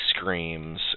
screams